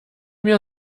mir